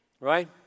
right